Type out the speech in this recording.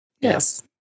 Yes